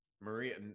Maria